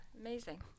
amazing